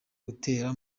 gutera